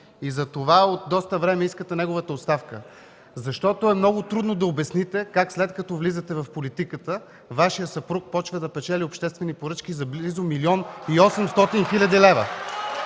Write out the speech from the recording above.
Затова от доста време искате неговата оставка. Много трудно е да обясните как, след като влизате в политиката, Вашият съпруг започва да печели обществени поръчки за близо милион